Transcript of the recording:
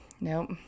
Nope